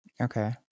Okay